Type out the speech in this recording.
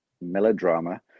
melodrama